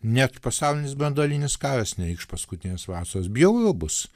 net pasaulinis branduolinis karas ne iš paskutinės vasaros bjauriau bus